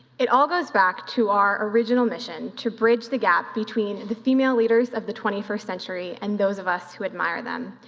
it all goes back to our original mission, to bridge the gap between the female leaders of the twenty first century and those of us who admire them.